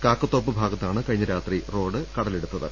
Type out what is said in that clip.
കാക്കത്തോപ്പ് ഭാഗത്താണ് കഴിഞ്ഞ രാത്രി റോഡ് കടലെടുത്തത്